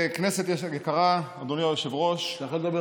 כנסת יקרה, אדוני היושב-ראש.